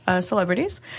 celebrities